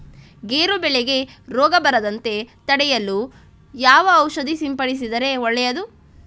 ಗೇರು ಬೆಳೆಗೆ ರೋಗ ಬರದಂತೆ ತಡೆಯಲು ಯಾವ ಔಷಧಿ ಸಿಂಪಡಿಸಿದರೆ ಒಳ್ಳೆಯದು?